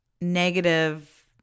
negative